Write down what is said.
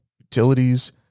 utilities